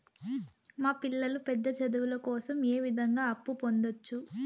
మా పిల్లలు పెద్ద చదువులు కోసం ఏ విధంగా అప్పు పొందొచ్చు?